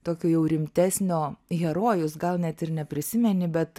tokio jau rimtesnio herojus gal net ir neprisimeni bet